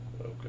Okay